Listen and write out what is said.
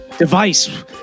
Device